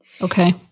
Okay